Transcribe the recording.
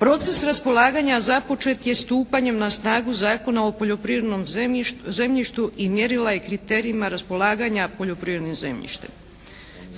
Proces raspolaganja započet je stupanjem na snagu Zakona o poljoprivrednom zemljištu i mjerila i kriterijima raspolaganja poljoprivrednim zemljištem.